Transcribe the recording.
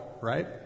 right